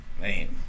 man